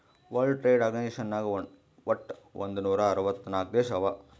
world trade organisation ನಾಗ್ ವಟ್ ಒಂದ್ ನೂರಾ ಅರ್ವತ್ ನಾಕ್ ದೇಶ ಅವಾ